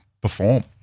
perform